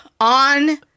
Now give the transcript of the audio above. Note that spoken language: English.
on